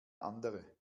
andere